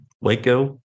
Waco